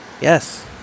Yes